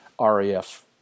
RAF